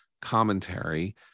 Commentary